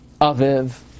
aviv